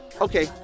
Okay